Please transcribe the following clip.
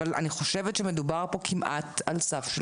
אבל אני חושבת שמדובר פה כמעט על סף של